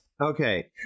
Okay